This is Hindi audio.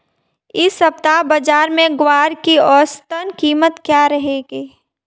इस सप्ताह बाज़ार में ग्वार की औसतन कीमत क्या रहेगी?